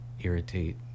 irritate